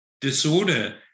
Disorder